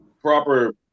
proper